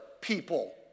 people